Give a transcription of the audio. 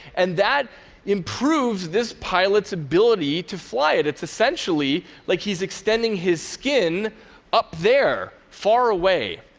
and that improves this pilot's ability to fly it. it's essentially like he's extending his skin up there, far away.